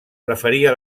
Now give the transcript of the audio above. preferia